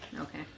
okay